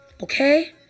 Okay